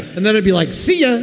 and then i'd be like, see? ah